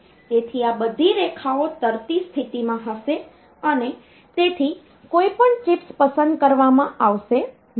તેથી આ બધી રેખાઓ તરતી સ્થિતિમાં હશે અને તેથી કોઈપણ ચિપ્સ પસંદ કરવામાં આવશે નહીં